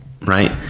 right